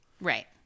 right